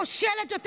כושלת יותר,